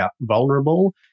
vulnerable